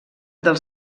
dels